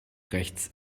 rechts